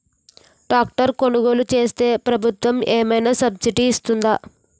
Tractor కొనుగోలు చేస్తే ప్రభుత్వం ఏమైనా సబ్సిడీ ఇస్తుందా?